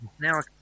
Now